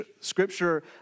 Scripture